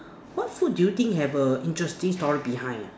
what food do you think have a interesting story behind ah